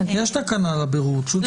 יש תקנה לבירור, פשוט צריך להוסיף את זה.